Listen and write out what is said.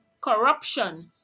corruption